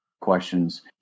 Questions